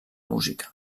música